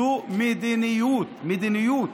זו מדיניות, מדיניות,